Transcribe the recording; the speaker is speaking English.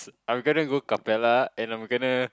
I'm gonna go Capella and I'm gonna